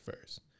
first